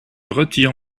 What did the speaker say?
retire